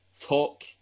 talk